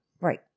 Right